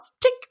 tick